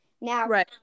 Now